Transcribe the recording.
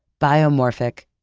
biomorphic,